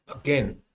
again